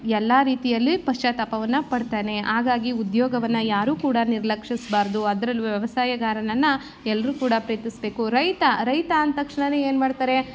ಎಲ್ಲ ರೀತಿಯಲ್ಲಿ ಪಶ್ಚಾತ್ತಾಪವನ್ನು ಪಡ್ತಾನೆ ಹಾಗಾಗಿ ಉದ್ಯೋಗವನ್ನು ಯಾರೂ ಕೂಡ ನಿರ್ಲಕ್ಷಿಸಬಾರ್ದು ಅದರಲ್ಲೂ ವ್ಯವಸಾಯಗಾರನನ್ನು ಎಲ್ಲರೂ ಕೂಡ ಪ್ರೀತಿಸಬೇಕು ರೈತ ರೈತ ಅಂದ ತಕ್ಷಣವೇ ಏನು ಮಾಡ್ತಾರೆ